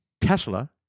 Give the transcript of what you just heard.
Tesla